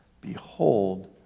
behold